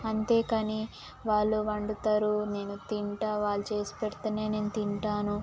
అంతే కానీ వాళ్ళు వండుతారు నేను తింటా వాళ్ళు చేసి పెడితే నే నేను తింటాను